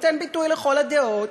נותן ביטוי לכל הדעות,